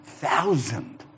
Thousand